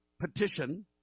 petition